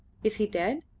is he dead?